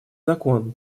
закон